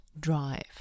drive